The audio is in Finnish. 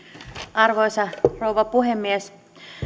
arvoisa rouva puhemies